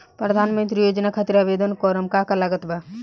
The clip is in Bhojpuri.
प्रधानमंत्री योजना खातिर आवेदन करम का का लागत बा?